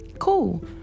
cool